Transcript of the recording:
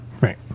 right